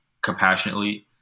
compassionately